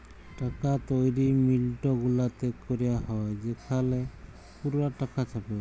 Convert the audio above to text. টাকা তৈরি মিল্ট গুলাতে ক্যরা হ্যয় সেখালে পুরা টাকা ছাপে